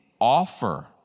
offer